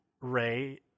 Ray